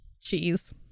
cheese